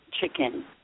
chicken